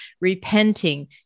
repenting